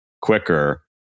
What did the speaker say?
quicker